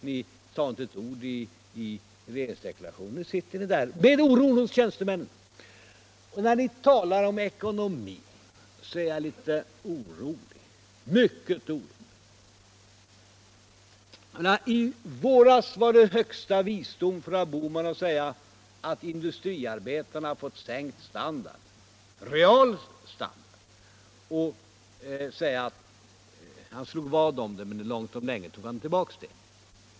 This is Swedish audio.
Ni sade inte ett ord om detta i regeringsdeklarationen. Nu sitter nr där med arbetarnas och tjänstemännens oro. När ni talar om ckonomi blir jag mycket orolig. I våras var det högsta visdom för herr Bohman att säga att industriarbetarna fått sänkt reul standard. Han slog vad om detta men tog långt om länge tillbaks vadet.